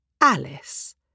Alice